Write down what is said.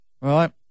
right